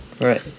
Right